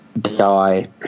die